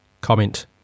comment